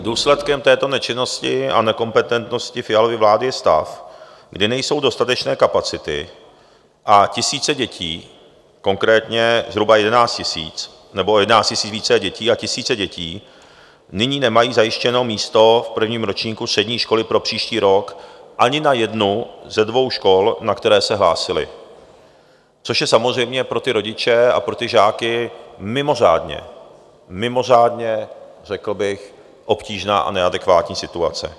Důsledkem této nečinnosti a nekompetentnosti Fialovy vlády je stav, kdy nejsou dostatečné kapacity a tisíce dětí, konkrétně zhruba 11 000, nebo 11 000 a více dětí, tisíce dětí nyní nemají zajištěno místo v prvním ročníku střední školy pro příští rok ani na jednu ze dvou škol, na které se hlásily, což je samozřejmě pro rodiče a pro žáky mimořádně mimořádně, řekl bych obtížná a neadekvátní situace.